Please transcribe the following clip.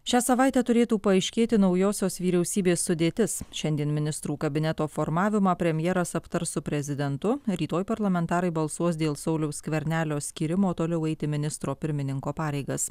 šią savaitę turėtų paaiškėti naujosios vyriausybės sudėtis šiandien ministrų kabineto formavimą premjeras aptars su prezidentu rytoj parlamentarai balsuos dėl sauliaus skvernelio skyrimo toliau eiti ministro pirmininko pareigas